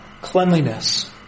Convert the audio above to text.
cleanliness